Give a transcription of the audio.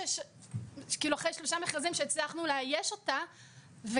אחרי שלושה מכרזים שהצלחנו לאייש אותה,